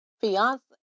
fiance